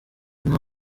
nta